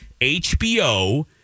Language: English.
HBO